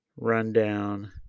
Rundown